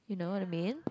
you know the mean